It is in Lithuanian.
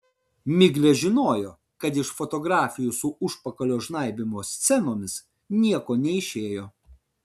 miglė žinojo kad iš fotografijų su užpakalio žnaibymo scenomis nieko neišėjo